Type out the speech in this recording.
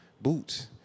boots